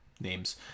names